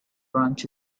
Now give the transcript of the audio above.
branch